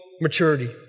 maturity